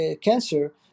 cancer